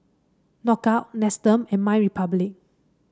Knockout Nestum and MyRepublic